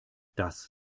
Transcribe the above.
das